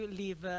leave